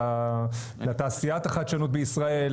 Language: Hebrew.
לתעשיית החדשנות בישראל,